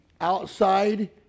outside